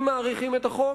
אם מאריכים את תוקף החוק,